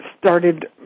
started